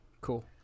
Cool